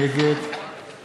נגד